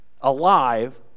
alive